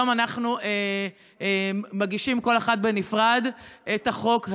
היום אנחנו מגישות כל אחת בנפרד את הצעת החוק הזאת,